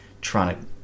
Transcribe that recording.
trying